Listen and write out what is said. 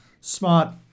Smart